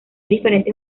diferentes